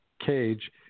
cage